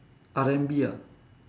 R&B ah